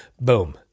boom